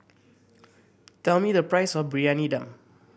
tell me the price of Briyani Dum